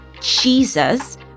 Jesus